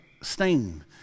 stain